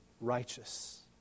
righteous